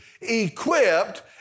equipped